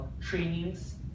trainings